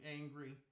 angry